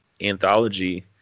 anthology